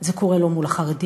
זה קורה לו מול החרדים,